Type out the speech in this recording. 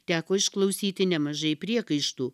teko išklausyti nemažai priekaištų